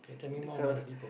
because